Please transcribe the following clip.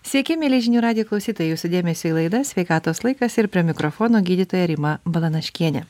sveiki mieli žinių radijo klausytojai jūsų dėmesio į laidą sveikatos laikas ir prie mikrofono gydytoja rima balanaškienė